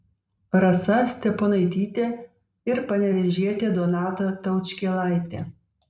rasa steponaitytė ir panevėžietė donata taučkėlaitė